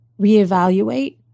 reevaluate